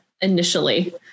initially